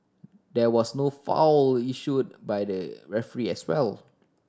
there was no foul issued by the referee as well